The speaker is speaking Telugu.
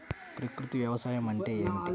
ప్రకృతి వ్యవసాయం అంటే ఏమిటి?